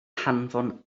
hanfon